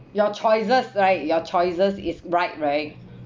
your choices right your choices is bright right